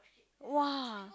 !wah!